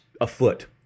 afoot